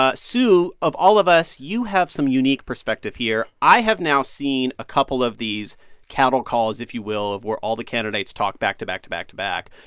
ah sue, of all of us, you have some unique perspective here. i have now seen a couple of these cattle calls, if you will, of where all the candidates talk back to back to back to back.